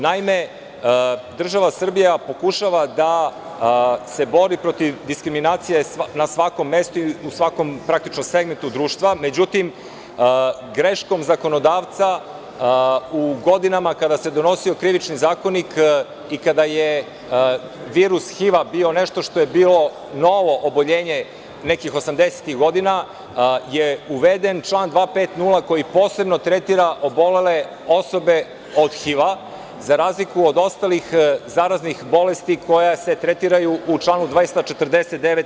Naime, država Srbija pokušava da se bori protiv diskriminacije na svakom mestu i u svakom segmentu društva, međutim, greškom zakonodavca u godinama kada se donosio Krivični zakonik i kada je virus HIV-a bio nešto što je bilo novo oboljenje nekih 80-ih godina, je uveden član 250, koji posebno tretira obolele osobe od HIV-a, za razliku od ostalih zaraznih bolesti koje se tretiraju u članu 249.